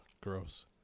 gross